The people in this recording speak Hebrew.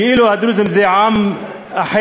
כאילו הדרוזים הם עם אחר,